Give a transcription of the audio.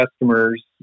customers